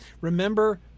Remember